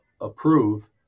approve